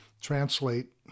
translate